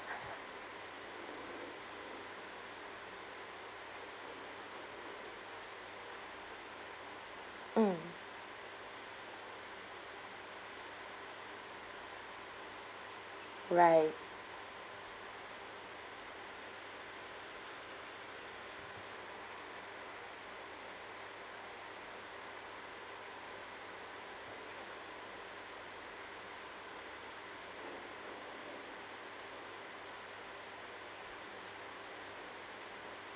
mm right